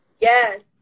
Yes